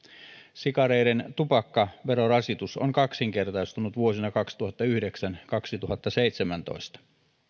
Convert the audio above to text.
sikareiden tupakkaverorasitus on kaksinkertaistunut vuosina kaksituhattayhdeksän viiva kaksituhattaseitsemäntoista